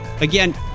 Again